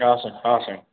हा साईं हा साईं